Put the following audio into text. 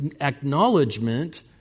acknowledgement